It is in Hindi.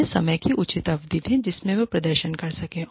उन्हें समय की उचित अवधि दें जिसमें वे प्रदर्शन कर सकें